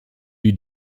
die